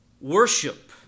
worship